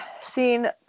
Seen